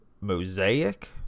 mosaic